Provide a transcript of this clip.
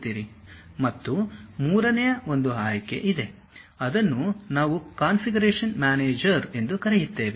ಮತ್ತು ಮೂರನೆಯ ಒಂದು ಆಯ್ಕೆ ಇದೆ ಅದನ್ನು ನಾವು ಕಾನ್ಫಿಗರೇಶನ್ ಮ್ಯಾನೇಜರ್ ಎಂದು ಕರೆಯುತ್ತೇವೆ